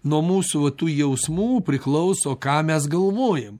nuo mūsų va tų jausmų priklauso ką mes galvojam